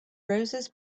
roses